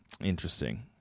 Interesting